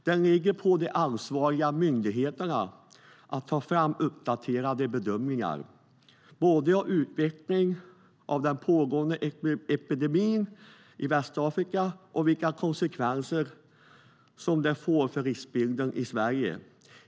Det ligger på de ansvariga myndigheterna att ta fram uppdaterade bedömningar av både utvecklingen av den pågående epidemin i Västafrika och vilka konsekvenser som den får för riskbilden i Sverige.